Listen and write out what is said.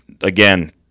again